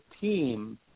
team